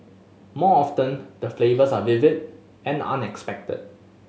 more often the flavours are vivid and unexpected